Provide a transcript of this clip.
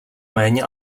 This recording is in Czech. méně